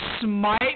Smite